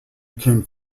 became